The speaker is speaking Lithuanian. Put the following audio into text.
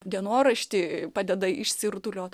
dienoraštį padeda išsirutuliot